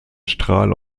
strahl